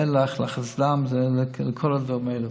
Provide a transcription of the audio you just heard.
מלח, לחץ דם, זה לכל הדברים האלה.